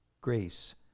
grace